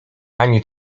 ani